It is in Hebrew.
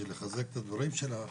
בשביל לחזק את הדברים שלך,